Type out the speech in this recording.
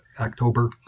October